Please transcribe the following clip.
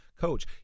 coach